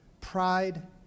Pride